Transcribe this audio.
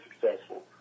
successful